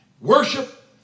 worship